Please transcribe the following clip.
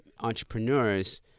entrepreneurs